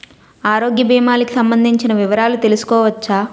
ఆరోగ్య భీమాలకి సంబందించిన వివరాలు తెలుసుకోవచ్చా?